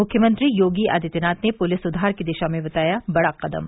मुख्यमंत्री योगी आदित्यनाथ ने पुलिस सुधार की दिशा में बताया बड़ा कदम